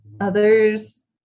Others